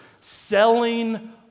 Selling